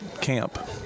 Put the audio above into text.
camp